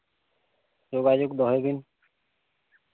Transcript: ᱡᱳᱜᱟᱡᱳᱜ ᱫᱚᱦᱚᱭ ᱵᱤᱱ